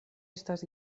estas